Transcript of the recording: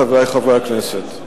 חברי חברי הכנסת,